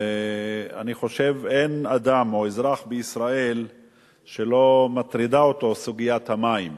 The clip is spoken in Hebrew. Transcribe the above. אני חושב שאין אדם או אזרח בישראל שלא מטרידה אותו סוגיית המים.